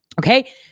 Okay